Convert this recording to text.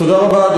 תודה רבה.